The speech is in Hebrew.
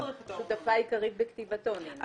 אני יודעת, את שותפה עיקרית בכתיבתו, נינה.